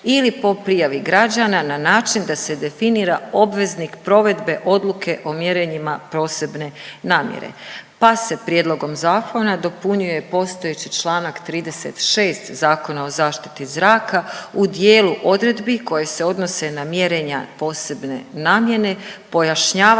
ili po prijavi građana na način da se definira obveznik provedbe odluke o mjerenjima posebne namjene pa se prijedlogom zakona dopunjuje postojeći čl. 36 Zakona o zaštiti zraka u dijelu odredbi koje se odnose na mjerenja posebne namjene, pojašnjavaju